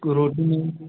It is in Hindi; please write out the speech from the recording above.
को रोटी में ही